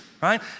right